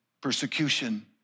persecution